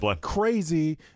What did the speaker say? crazy